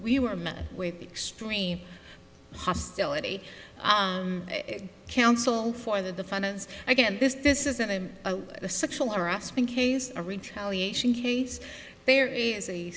we were met with extreme hostility counsel for the defendants again this this isn't a sexual harassment case a retaliation case there is a